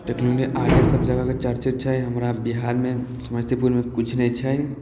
टेक्निकमे आर सब जगहके चर्चित छै हमरा बिहारमे समस्तीपुरमे किछु नहि छै